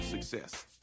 Success